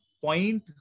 point